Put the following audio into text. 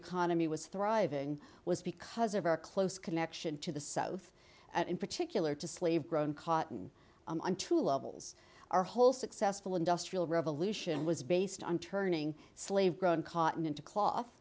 economy was thriving was because of our close connection to the south and in particular to slave grown cotton m two levels our whole successful industrial revolution was based on turning slave grown cotton into cloth